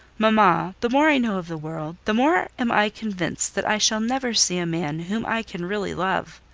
mama, the more i know of the world, the more am i convinced that i shall never see a man whom i can really love.